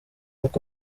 uko